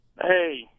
Hey